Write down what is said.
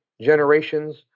generations